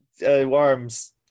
Worms